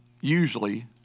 usually